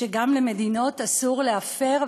שגם למדינות אסור להפר.